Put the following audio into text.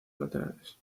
laterales